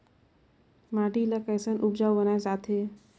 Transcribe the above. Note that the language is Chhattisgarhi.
माटी ला कैसन उपजाऊ बनाय जाथे?